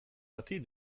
bati